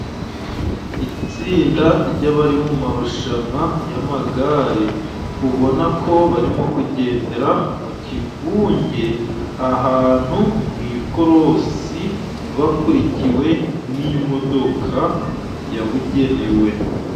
Itsinda ry'abari mu marushanwa y'amagare ubona ko barimo kugendera mu kivunge ahantu mu ikorosi bakurikiwe n'imodoka yabugenewe.